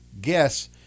guess